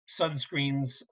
sunscreens